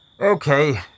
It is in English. Okay